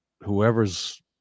whoever's